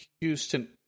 Houston